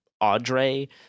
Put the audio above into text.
audrey